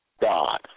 God